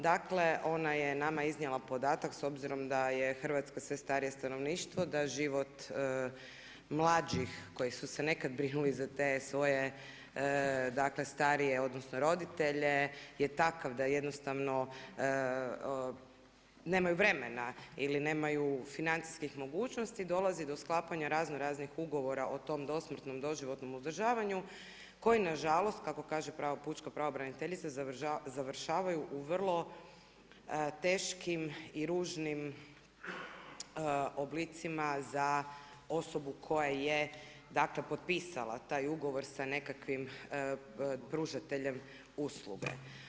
Dakle ona je nama iznijela podatak s obzirom da je u Hrvatskoj sve starije stanovništvo, da život mlađih koji su se nekada brinuli za te svoje dakle starije odnosno roditelje je takav da jednostavno nemaju vremena ili nemaju financijskih mogućnosti dolazi do sklapanja razno raznih ugovora o tom dostupnom doživotnom održavanju, koji nažalost, kako kaže pučka pravobraniteljica završavaju u vrlo teškim i ružnim oblicima za osobu koja je potpisala taj ugovor sa nekakvim pružateljem usluge.